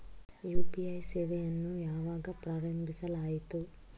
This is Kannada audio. ಯು.ಪಿ.ಐ ಸೇವೆಯನ್ನು ಯಾವಾಗ ಪ್ರಾರಂಭಿಸಲಾಯಿತು?